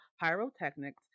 pyrotechnics